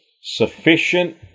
Sufficient